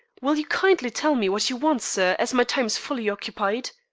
will you kindly tell me what you want, sir, as my time is fully occupied?